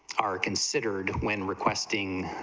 are considered when requesting,